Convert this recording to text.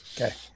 Okay